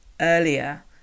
earlier